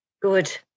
Good